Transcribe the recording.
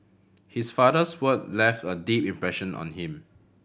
his father's word left a deep impression on him